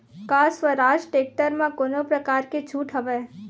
का स्वराज टेक्टर म कोनो प्रकार के छूट हवय?